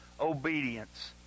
obedience